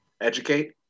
Educate